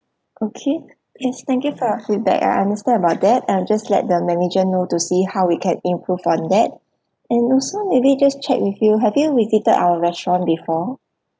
okay yes thank you for your feedback I understand about that I'll just let the manager know to see how we can improve on that and also maybe just check with you have you visited our restaurant before